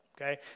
okay